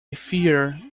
fear